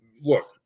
look